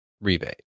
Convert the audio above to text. rebate